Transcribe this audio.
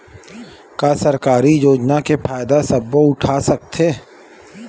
का सरकारी योजना के फ़ायदा सबो उठा सकथे?